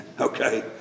okay